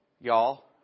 Y'all